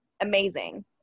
amazing